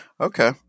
Okay